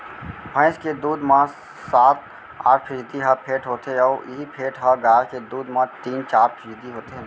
भईंस के दूद म सात आठ फीसदी ह फेट होथे अउ इहीं फेट ह गाय के दूद म तीन चार फीसदी होथे